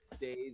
days